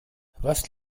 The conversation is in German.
was